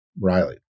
Riley